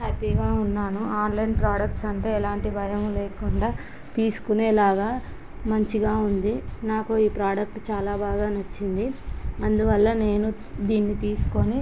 హ్యాపీగా ఉన్నాను online products అంటే ఎలాంటి భయం లేకుండా తీసుకునేలాగా మంచిగా ఉంది నాకు ఈ ప్రోడక్ట్ చాలా బాగా నచ్చింది అందువల్ల నేను దీనిని తీసుకుని